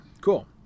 cool